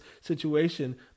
situation